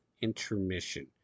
intermission